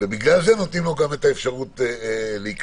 לכן נותנים לו גם את האפשרות להיכנס.